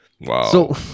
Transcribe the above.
wow